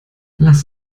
lass